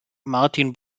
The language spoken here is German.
martin